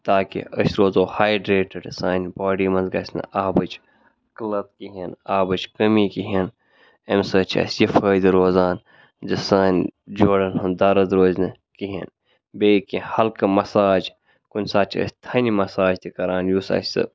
تاکہِ أسۍ روزو ہایڈریٹِڈ سانہِ باڈی منٛز گژھِ نہٕ آبٕچ قٕل کِہیٖنۍ آبٕچ کٔمی کِہیٖنۍ اَمہِ سۭتۍ چھِ اَسہِ یہِ فٲیدٕ روزان زِ سانۍ جوڑَن ہُنٛد دَرد روزِ نہٕ کِہیٖنۍ بیٚیہِ کینٛہہ ہلکہٕ مَساج کُنہِ ساتہٕ چھِ أسۍ تھَنہِ مَساج تہِ کَران یُس اَسہِ سُہ